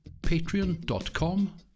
patreon.com